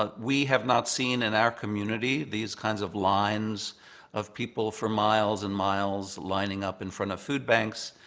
ah we have not seen in our community these kinds of lines of people for miles and miles lining up in front of food banks.